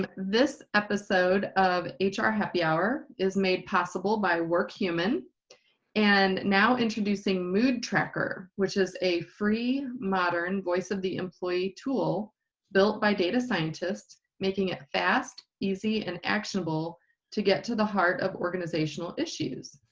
this episode of ah hr happy hour is made possible by workhuman and now introducing mood tracker, which is a free modern voice of the employee tool built by data scientists making it fast, easy, and actionable to get to the heart of organizational issues.